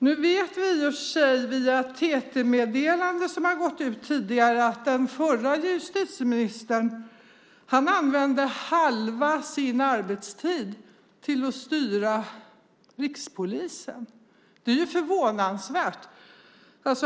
Nu vet vi i och för sig via TT-meddelanden som har gått ut tidigare att den förra justitieministern använde halva sin arbetstid till att styra rikspolisen. Det är ju förvånansvärt.